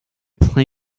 play